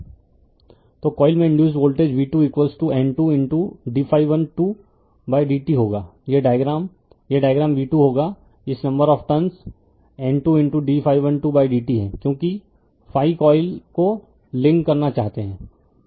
refer slide time 0150 तो coil में induced voltage v2 N 2 d2 dt होगा यह डायग्राम यह डायग्राम v2 होगा इस number of turn N 2 ddt है क्योंकि phi कॉइल को लिंक करना चाहते है